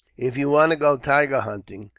if you want to go tiger hunting,